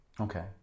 Okay